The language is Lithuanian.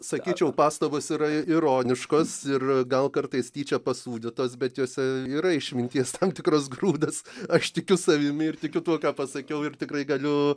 sakyčiau pastabos yra ironiškos ir gal kartais tyčia pasūdytos bet jose yra išminties tam tikras grūdas aš tikiu savimi ir tikiu tuo ką pasakiau ir tikrai galiu